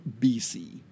BC